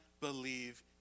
believe